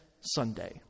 Sunday